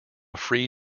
free